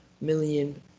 million